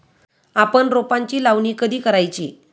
आपण रोपांची लावणी कधी करायची?